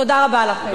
תודה רבה לכם.